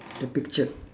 the picture